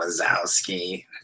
Wazowski